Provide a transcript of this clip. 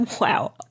wow